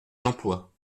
l’emploi